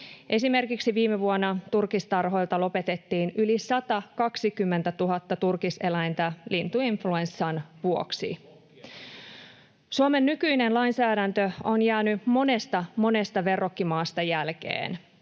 Esimerkiksi viime vuonna turkistarhoilta lopetettiin yli 120 000 turkiseläintä lintuinfluenssan vuoksi. [Mauri Peltokangas: Lokkien takia!] Suomen nykyinen lainsäädäntö on jäänyt monesta verrokkimaasta jälkeen.